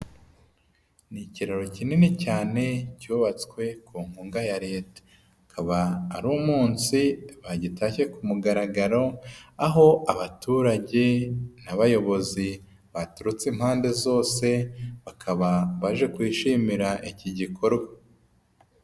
Ni ikiraro kinini cyane cyubatswe ku nkunga ya leta. Akaba ari umunsi bagitashye ku mugaragaro aho abaturage n'abayobozi baturutse impande zose, bakaba baje kwishimira iki gikorwa.